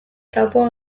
tabua